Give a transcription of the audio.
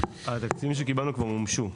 התקציבים שקיבלנו כבר מומשו.